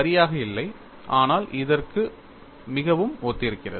சரியாக இல்லை ஆனால் அதற்கு மிகவும் ஒத்திருக்கிறது